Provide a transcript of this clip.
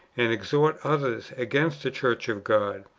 and exhort others against the church of god,